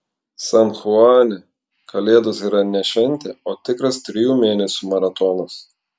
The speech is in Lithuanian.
san chuane kalėdos yra ne šventė o tikras trijų mėnesių maratonas